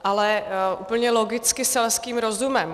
Ale úplně logicky selským rozumem.